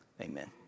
amen